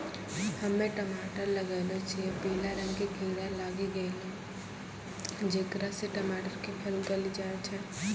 हम्मे टमाटर लगैलो छियै पीला रंग के कीड़ा लागी गैलै जेकरा से टमाटर के फल गली जाय छै?